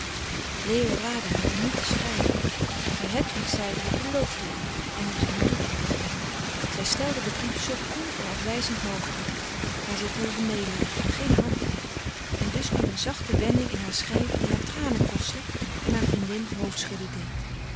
leo raadde haar niet te schrijven maar hedwig zeide het beloofd te hebben en het te moeten doen zij stelde den brief zoo koel en afwijzend mogelijk maar zij voelde meelij geen hardheid en dus kwam een zachte wending in haar schrijven die haar tranen koste en haar vriendin hoofdschudden deed